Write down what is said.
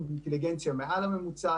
שהייתה להם אינטליגנציה מעל לממוצע,